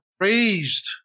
raised